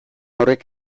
horrek